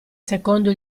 secondo